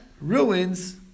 ruins